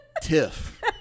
Tiff